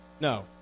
No